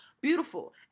beautiful